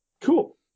Cool